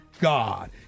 god